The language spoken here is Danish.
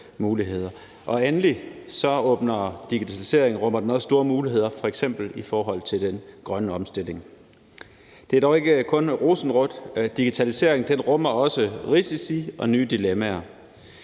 Og endelig rummer digitaliseringen store muligheder i forhold til f.eks. den grønne omstilling. Det er dog ikke kun rosenrødt, for digitaliseringen rummer også risici og nye dilemmaer.